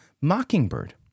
Mockingbird